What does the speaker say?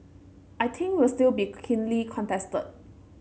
I think will still be keenly contested